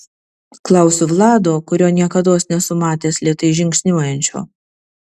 klausiu vlado kurio niekados nesu matęs lėtai žingsniuojančio